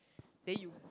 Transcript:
then you